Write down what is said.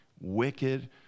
wicked